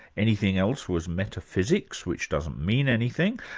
anything else was metaphysics, which doesn't mean anything.